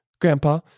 Grandpa